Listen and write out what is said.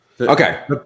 Okay